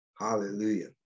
Hallelujah